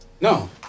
No